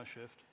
shift